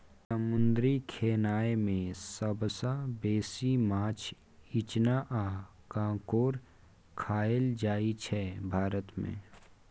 समुद्री खेनाए मे सबसँ बेसी माछ, इचना आ काँकोर खाएल जाइ छै भारत मे